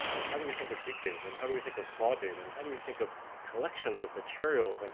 and how do we think of big data, and how do we think of small data, and how do we think of collections of materials, and